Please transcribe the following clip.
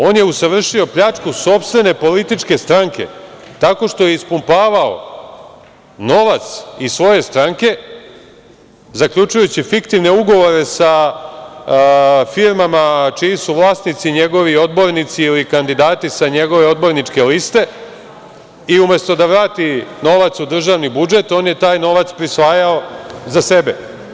On je usavršio pljačku sopstvene političke stranke, tako što je ispumpavao novac iz svoje stranke, zaključujući fiktivne ugovore sa firmama čiji su vlasnici njegovi odbornici ili kandidati sa njegove odborničke liste, i umesto da vrati novac u državni budžet, on je taj novac prisvajao za sebe.